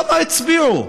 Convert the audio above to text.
כמה הצביעו?